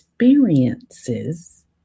experiences